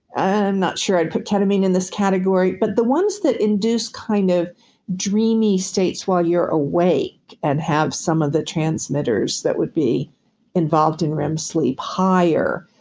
i'm not sure i'd put ketamine in this category. but the ones that induce kind of dreamy states while you're awake and have some of the transmitters that would be involved in rem sleep higher,